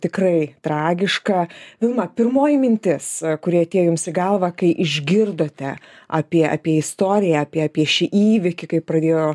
tikrai tragiška vilma pirmoji mintis kuri atėjo jums į galvą kai išgirdote apie apie istoriją apie apie šį įvykį kai pradėjo